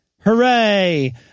Hooray